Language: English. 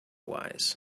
wise